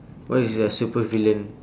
what is the supervillain